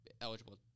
eligible –